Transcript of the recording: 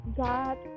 God